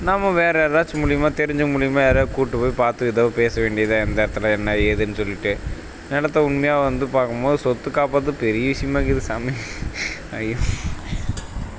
நம்ம வேறு ஏதாச்சும் மூலிமா தெரிஞ்சவங்க மூலியமாக யாரையாது கூட்டு போய் பார்த்து ஏதாவது பேச வேண்டியதாக எந்த இடத்துல என்ன ஏதுன்னு சொல்லிட்டு நிலத்த உண்மையாக வந்து பார்க்கம் போது சொத்து காப்பாற்றது பெரிய விஷயமா இருக்குது சாமி ஐயோ